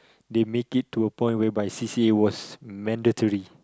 they made it to a point whereby c_c_as were mandatory